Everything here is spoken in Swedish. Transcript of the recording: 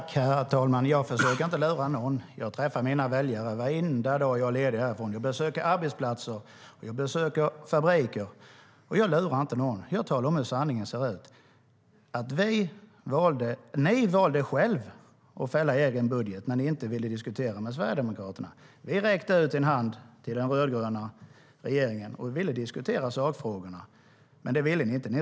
Herr talman! Jag försöker inte lura någon. Jag träffar mina väljare varenda dag jag är ledig härifrån. Jag besöker arbetsplatser, och jag besöker fabriker. Jag lurar ingen. Jag talar om hur sanningen ser ut. Ni valde själva att fälla er egen budget, Ali Esbati, när ni inte ville diskutera med Sverigedemokraterna. Vi räckte ut en hand till den rödgröna regeringen och ville diskutera sakfrågorna, men det ville inte ni.